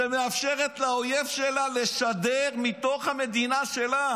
שמאפשרת לאויב שלה לשדר מתוך המדינה שלה,